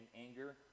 anger